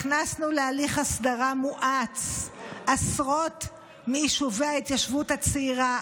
הכנסנו להליך הסדרה מואץ עשרות מיישובי ההתיישבות הצעירה,